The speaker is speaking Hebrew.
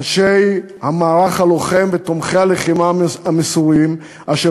אנשי המערך הלוחם ותומכי הלחימה המסורים אשר